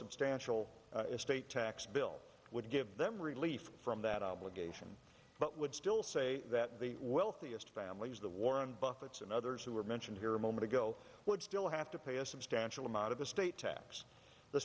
substantial estate tax bill would give them relief from that obligation but would still say that the wealthiest families the warren buffet's and others who were mentioned here a moment ago would still have to pay a substantial amount of estate tax the